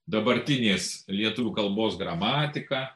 dabartinės lietuvių kalbos gramatika